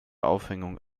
aufhängung